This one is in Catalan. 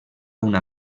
una